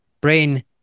brain